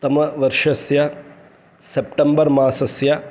तमवर्षस्य सेप्टम्बर् मासस्य